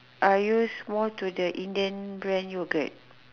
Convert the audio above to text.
I use more to the Indian brand yogurt